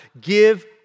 Give